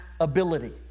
ability